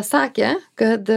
sakė kad